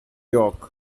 york